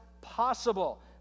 possible